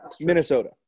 Minnesota